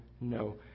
No